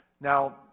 Now